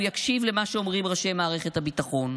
ואולי הוא יקשיב למה שאומרים ראשי מערכת הביטחון,